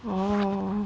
oh